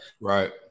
right